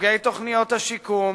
סוגי תוכניות השיקום,